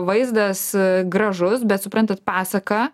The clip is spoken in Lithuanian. vaizdas gražus bet suprantat pasaka